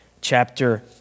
chapter